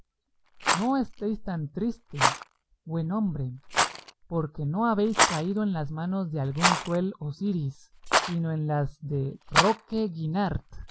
no estéis tan triste buen hombre porque no habéis caído en las manos de algún cruel osiris sino en las de roque guinart